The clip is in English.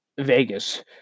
Vegas